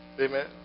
Amen